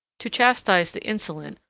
to chastise the insolent,